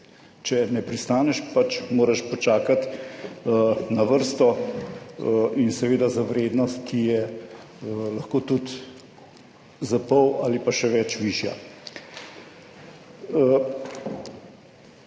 Če ne pristaneš, pač moraš počakati na vrsto in seveda za vrednost, ki je lahko tudi za pol ali pa še več višja.